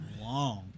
long